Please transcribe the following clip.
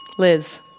Liz